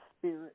Spirit